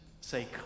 say